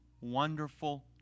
wonderful